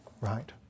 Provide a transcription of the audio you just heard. Right